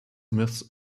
myths